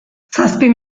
zazpi